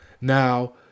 Now